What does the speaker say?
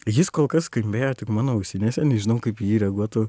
jis kol kas skambėjo tik mano ausinėse nežinau kaip į jį reaguotų